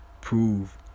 prove